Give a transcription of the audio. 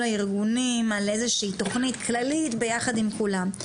הארגונים על איזו שהיא תכנית כללית ביחד עם כולם.